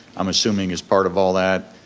i'm assuming it's part of all that.